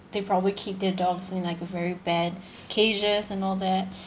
they probably keep their dogs in like a very bad cages and all that